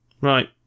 Right